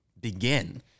begin